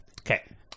okay